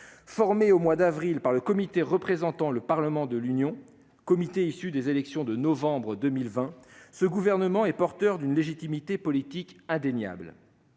Formé au mois d'avril par le Comité représentant l'Assemblée de l'Union, comité issu des élections de novembre 2020, ce gouvernement est porteur d'une légitimité politique indéniable.